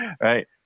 Right